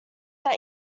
that